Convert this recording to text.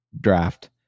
draft